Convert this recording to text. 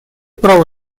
права